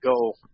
go